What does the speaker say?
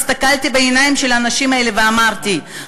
והסתכלתי בעיניים של האנשים האלה ואמרתי,